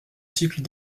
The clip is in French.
cycle